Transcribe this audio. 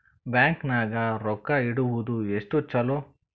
Bank ನಾಗ ರೊಕ್ಕ ಇಡುವುದು ಎಷ್ಟು ಚಲೋ?